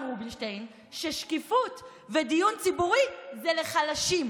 רובינשטיין ששקיפות ודיון ציבורי זה לחלשים,